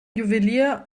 juwelier